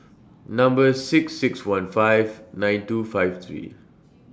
Number six six one five nine two five three